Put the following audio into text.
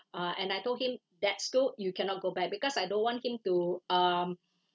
uh and I told him that school you cannot go back because I don't want him to um